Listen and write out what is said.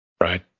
Right